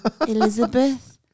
Elizabeth